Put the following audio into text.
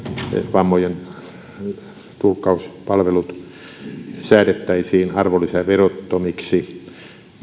vammojen johdosta suoritettavat tulkkauspalvelut säädettäisiin arvonlisäverottomiksi